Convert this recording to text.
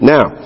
Now